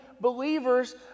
believers